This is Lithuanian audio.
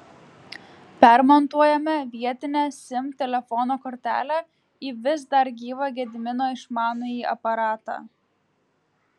permontuojame vietinę sim telefono kortelę į vis dar gyvą gedimino išmanųjį aparatą